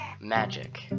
Magic